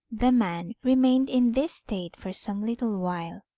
the man remained in this state for some little while.